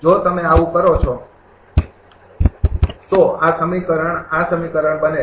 જો તમે આવું કરો છો તો આ સમીકરણ આ સમીકરણ બને છે